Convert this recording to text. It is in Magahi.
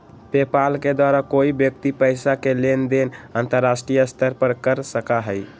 पेपाल के द्वारा कोई व्यक्ति पैसा के लेन देन अंतर्राष्ट्रीय स्तर पर कर सका हई